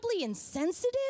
insensitive